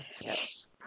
Yes